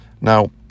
Now